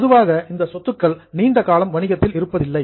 பொதுவாக இந்த சொத்துக்கள் நீண்ட காலம் வணிகத்தில் இருப்பதில்லை